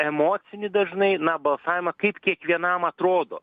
emocinį dažnai na balsavimą kaip kiekvienam atrodo